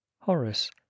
horace